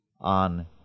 on